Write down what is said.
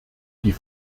die